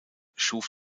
schuf